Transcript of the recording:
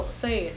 say